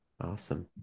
Awesome